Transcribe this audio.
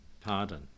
pardon